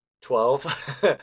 Twelve